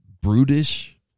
brutish